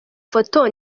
foto